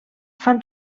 fan